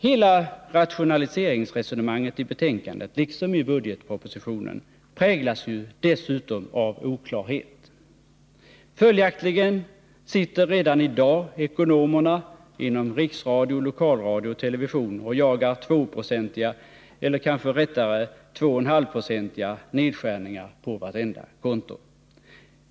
Hela rationaliseringsresonemanget i betänkandet liksom i budgetpropositionen präglas dessutom av oklarhet. Följaktligen sitter redan i dag ekonomerna inom riksradio, lokalradio och television och jagar 2-procentiga eller kanske rättare sagt 2,5-procentiga nedskärningar på vartenda konto.